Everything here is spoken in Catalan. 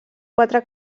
quatre